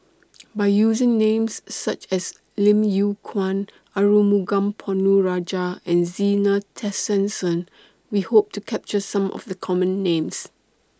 By using Names such as Lim Yew Kuan Arumugam Ponnu Rajah and Zena Tessensohn We Hope to capture Some of The Common Names